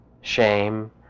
shame